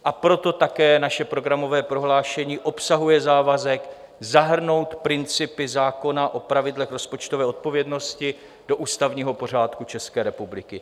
A proto také naše programové prohlášení obsahuje závazek zahrnout principy zákona o pravidlech rozpočtové odpovědnosti do ústavního pořádku České republiky.